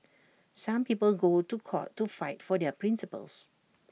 some people go to court to fight for their principles